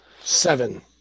Seven